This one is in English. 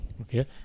Okay